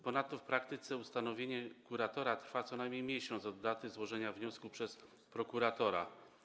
Ponadto w praktyce ustanowienie kuratora trwa co najmniej miesiąc od daty złożenia wniosku przez prokuratora.